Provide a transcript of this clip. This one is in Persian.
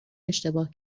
اشتباه